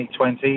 2020